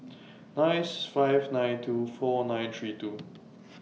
nine five nine two four nine three two